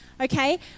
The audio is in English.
Okay